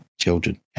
children